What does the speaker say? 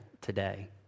today